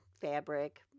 fabric